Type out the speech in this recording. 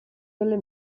delle